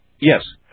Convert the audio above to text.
Yes